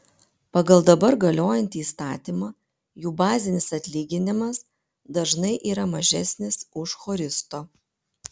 pagal dabar galiojantį įstatymą jų bazinis atlyginimas dažnai yra mažesnis už choristo